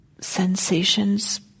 sensations